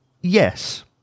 Yes